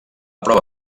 prova